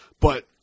but-